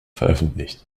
veröffentlicht